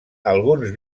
alguns